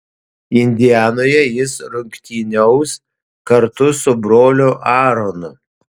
indianoje jis rungtyniaus kartu su broliu aaronu